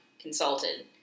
consulted